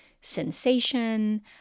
sensation